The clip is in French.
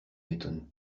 m’étonne